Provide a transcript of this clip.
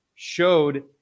showed